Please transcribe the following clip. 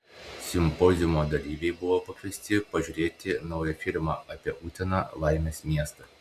simpoziumo dalyviai buvo pakviesti pažiūrėti naują filmą apie uteną laimės miestą